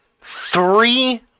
three